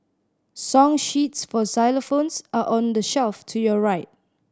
song sheets for xylophones are on the shelf to your right